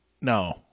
No